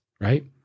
right